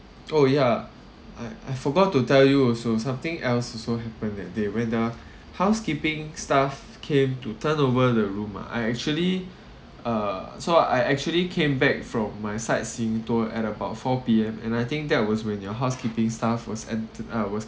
oh ya I I forgot to tell you also something else also happen that day when the housekeeping staff came to turnover the room ah I actually uh so I actually came back from my sightseeing tour at about four P_M and I think that was when your housekeeping staff was at uh was